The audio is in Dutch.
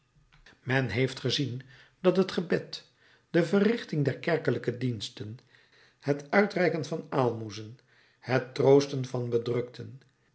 men heeft gezien dat het gebed de verrichting der kerkelijke diensten het uitreiken van aalmoezen het troosten van bedrukten